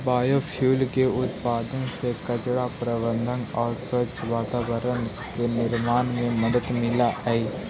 biofuel के उत्पादन से कचरा प्रबन्धन आउ स्वच्छ वातावरण के निर्माण में मदद मिलऽ हई